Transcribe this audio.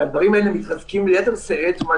הדברים האלה מתחזקים ביתר שאת במה